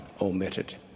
omitted